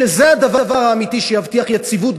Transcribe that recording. שזה הדבר האמיתי שיבטיח יציבות,